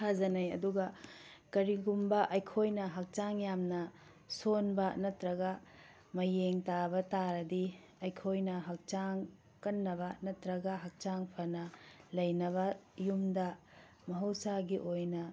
ꯊꯥꯖꯅꯩ ꯑꯗꯨꯒ ꯀꯔꯤꯒꯨꯝꯕ ꯑꯩꯈꯣꯏꯅ ꯍꯛꯆꯥꯡ ꯌꯥꯝꯅ ꯁꯣꯟꯕ ꯅꯠꯇ꯭ꯔꯒ ꯃꯌꯦꯡ ꯇꯥꯕ ꯇꯥꯔꯗꯤ ꯑꯩꯈꯣꯏꯅ ꯍꯛꯆꯥꯡ ꯀꯟꯅꯕ ꯅꯠꯇ꯭ꯔꯒ ꯍꯛꯆꯥꯡ ꯐꯅ ꯂꯩꯅꯕ ꯌꯨꯝꯗ ꯃꯍꯧꯁꯥꯒꯤ ꯑꯣꯏꯅ